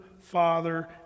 father